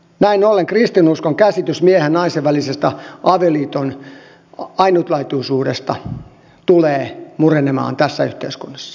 näin ollen kristinuskon käsitys miehen ja naisen välisen avioliiton ainutlaatuisuudesta tulee murenemaan tässä yhteiskunnassa